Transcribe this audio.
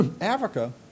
Africa